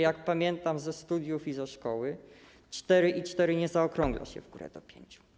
Jak pamiętam ze studiów i ze szkoły, 4,4 nie zaokrągla się w górę do 5.